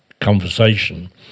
conversation